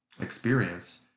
experience